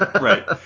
Right